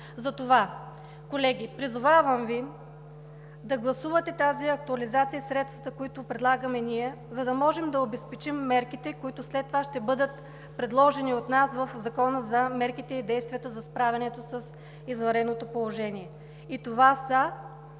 Затова, колеги, призовавам Ви да гласувате тази актуализация и средствата, които предлагаме ние, за да можем да обезпечим мерките, които след това ще бъдат предложени от нас в Закона за мерките и действията по време на извънредното положение. Това са